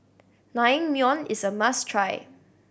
naengmyeon is a must try